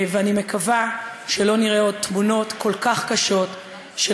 ואני מקווה שלא נראה עוד תמונות כל כך קשות של